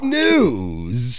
news